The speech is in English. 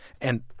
And-